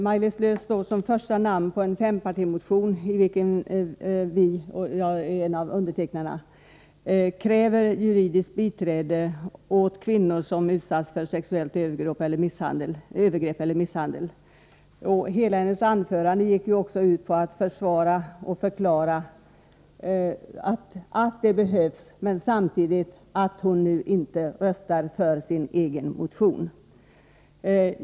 Hennes namn står ju först bland namnen under en fempartimotion, av vilken även jag är en av undertecknarna. Där kräver vi juridiskt biträde åt kvinnor som utsatts för sexuellt övergrepp eller för misshandel. Hela Maj-Lis Lööws anförande gick ju ut på att försvara och förklara behovet därav. Samtidigt deklarerade hon dock att hon inte kommer att rösta för en motion som hon själv varit med om att underteckna.